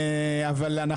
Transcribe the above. אבל,